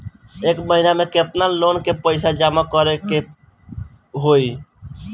एक महिना मे केतना लोन क पईसा जमा करे क होइ?